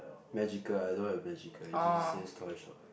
magical I don't have magical it just says toy shop